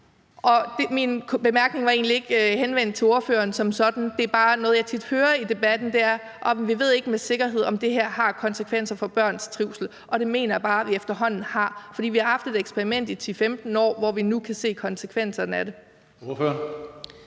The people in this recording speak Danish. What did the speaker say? min bemærkning var egentlig ikke henvendt til ordføreren som sådan. Noget af det, jeg bare tit hører i debatten, er, at vi ikke med sikkerhed ved, om det her har konsekvenser for børns trivsel, og det mener jeg bare at vi efterhånden ved. For vi har haft et eksperiment i 10-15 år, som vi nu kan se konsekvenserne af. Kl.